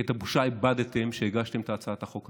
כי את הבושה איבדתם כשהגשתם את הצעת החוק הזאת.